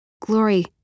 Glory